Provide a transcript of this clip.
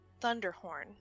Thunderhorn